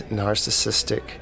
narcissistic